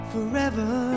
Forever